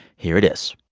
here it is